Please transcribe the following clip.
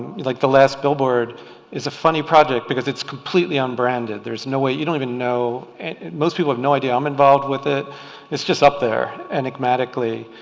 like the last billboard is a funny project because it's completely unbranded there's no way you don't even know most people have no idea i'm involved with it it's just up there and it magically